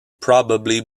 probably